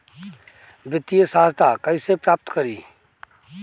वित्तीय सहायता कइसे प्राप्त करी?